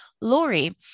Lori